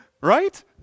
Right